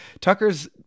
Tucker's